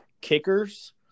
kickers